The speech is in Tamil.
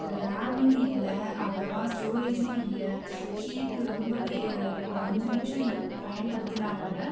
ராம்மு இல்லை அவ்வளோவா ஸ்டோரேஜ்ம் இல்லை ஹீட் ரொம்பவே ஒரு அஞ்சு நிமஷம் யு பயன்படுத்துனா கூட